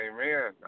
amen